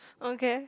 okay